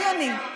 זה לא הגיוני.